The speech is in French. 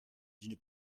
d’une